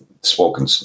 spoken